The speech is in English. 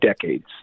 decades